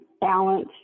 balance